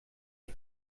für